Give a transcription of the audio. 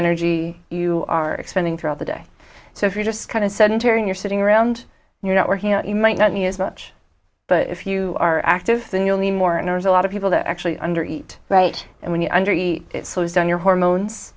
energy you are extending throughout the day so if you're just kind of sedentary you're sitting around you're not working out you might not need as much but if you are active the newly more and there's a lot of people that actually under eat right and when you're under it slows down your hormones